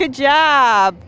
good job